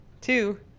two